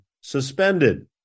suspended